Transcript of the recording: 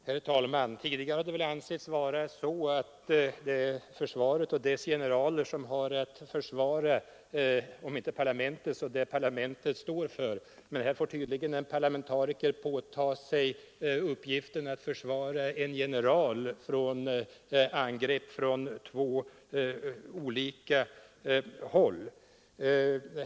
Herr talman! Tidigare har det väl ansetts vara försvaret och dess generaler som har att försvara, om inte parlamentet så det som parlamentet står för. Men här får tydligen en parlamentariker påta sig uppgiften att försvara en general mot angrepp från två olika håll.